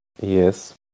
Yes